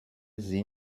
sie